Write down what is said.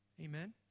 Amen